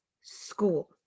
school